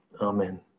Amen